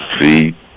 see